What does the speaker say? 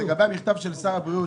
לגבי המכתב של שר הבריאות,